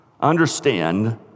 understand